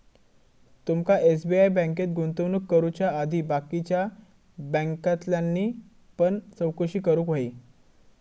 तुमका एस.बी.आय बँकेत गुंतवणूक करुच्या आधी बाकीच्या बॅन्कांतल्यानी पण चौकशी करूक व्हयी